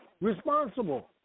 Responsible